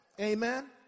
Amen